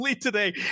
today